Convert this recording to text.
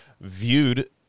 viewed